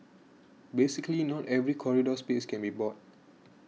basically not every corridor space can be bought